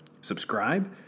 subscribe